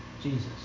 Jesus